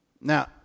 Now